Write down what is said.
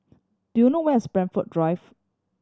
do you know where is Blandford Drive